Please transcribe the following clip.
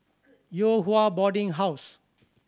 Yew Hua Boarding House